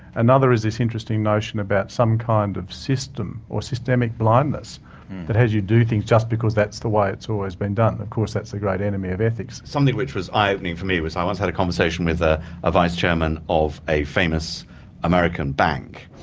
another is this interesting notion about some kind of system or systemic blindness that has you do things just because that's the way it's always been done. of course that's the great enemy of ethics. something which was eye-opening for me was, i once had a conversation with ah a vice-chairman of a famous american bank,